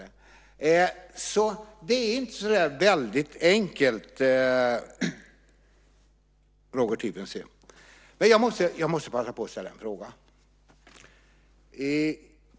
Det är alltså inte så väldigt enkelt, Roger Tiefensee. Jag måste passa på att ställa en fråga.